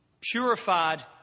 purified